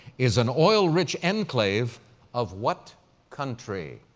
is an oil-rich enclave of what country?